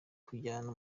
kujyana